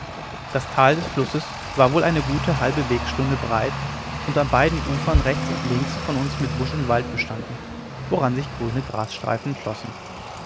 das tal des flusses war wohl eine gute halbe wegsstunde breit und an beiden ufern rechts und links von uns mit busch und wald bestanden woran sich grüne grasstreifen